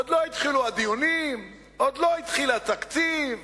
עוד לא התחילו הדיונים, עוד לא התחיל התקציב,